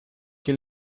que